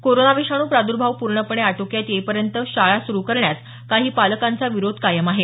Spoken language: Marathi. कोरोना विषाणू प्रादर्भाव पूर्णपणे आटोक्यात येईपर्यंत शाळा सुरू करण्यास काही पालकांचा विरोध कायम आहे